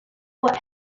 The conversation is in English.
what